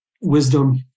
wisdom